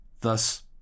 Thus